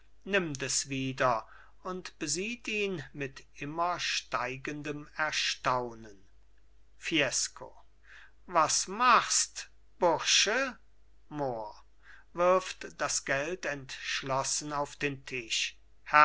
nimmt es wieder und besieht ihn mit immer steigendem erstaunen fiesco was machst bursche mohr wirft das geld entschlossen auf den tisch